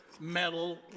metal